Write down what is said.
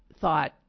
thought